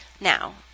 Now